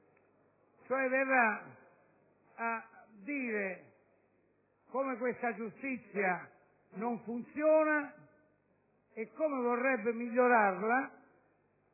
cioè a dire che questa giustizia non funziona e come vorrebbe migliorarla,